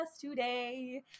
today